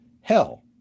hell